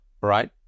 right